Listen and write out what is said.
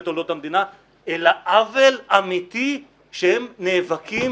אלא עוול אמיתי שהם נאבקים